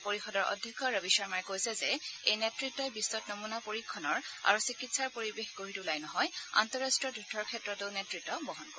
পৰিযদৰ অধ্যক্ষ ৰবী শৰ্মাই কৈছে যে এই নেতৃতই বিধ্বত নমুনা পৰীক্ষণৰ আৰু চিকিৎসাৰ পৰিৱেশ গঢ়ি তোলাই নহয় আন্তঃৰাষ্ট্ৰীয় তথ্যৰ ক্ষেত্ৰতো নেত়ত্ব বহন কৰিব